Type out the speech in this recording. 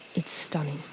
it's stunning.